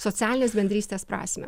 socialinės bendrystės prasmę